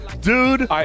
Dude